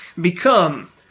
become